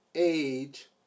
age